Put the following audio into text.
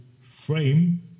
frame